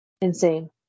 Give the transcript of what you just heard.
insane